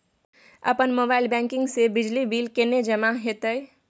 अपन mobile banking से बिजली बिल केने जमा हेते?